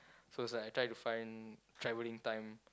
so it's like I try to find traveling time